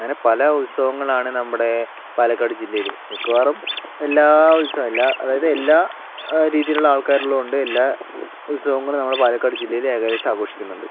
അങ്ങനെ പല ഉത്സവങ്ങളാണ് നമ്മുടെ പാലക്കാട് ജില്ലയില് മിക്കവാറും എല്ലാ ഉത്സവങ്ങളും എല്ലാ അതായത് എല്ലാ രീതിയിലുള്ള ആൾക്കാരുമുള്ളതുകൊണ്ട് എല്ലാ ഉത്സവങ്ങളും നമ്മുടെ പാലക്കാട് ജില്ലയിൽ ഏകദേശം ആഘോഷിക്കുന്നുണ്ട്